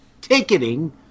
ticketing